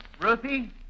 Ruthie